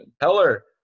Heller